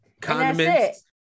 Condiments